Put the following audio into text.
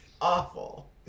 awful